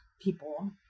people